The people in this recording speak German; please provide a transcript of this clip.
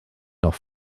noch